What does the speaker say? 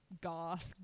goth